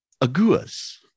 Aguas